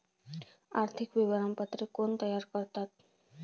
आर्थिक विवरणपत्रे कोण तयार करतात?